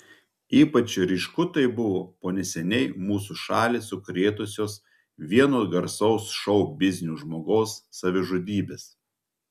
ypač ryšku tai buvo po neseniai mūsų šalį sukrėtusios vieno garsaus šou biznio žmogaus savižudybės